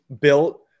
built